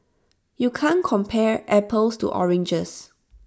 you can't compare apples to oranges